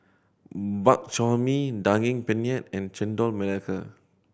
Bak Chor Mee Daging Penyet and Chendol Melaka